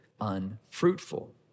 unfruitful